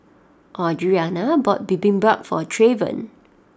Audrianna bought Bibimbap for Trayvon